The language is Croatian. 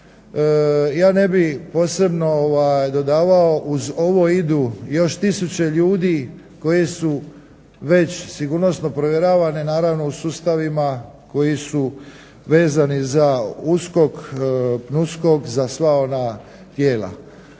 Ja ne bih posebno dodavao uz ovo idu još tisuće ljudi koji su već sigurnosno provjeravani, naravno u sustavima koji su vezani za USKOK, za sva ona tijela.